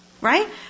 Right